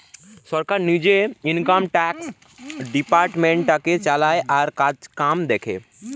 সরকার নিজে income tax ডিপার্টমেন্টটাকে চালায় আর কাজকাম দেখে